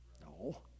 No